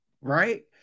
right